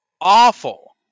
awful